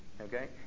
okay